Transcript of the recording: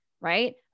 right